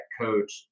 coach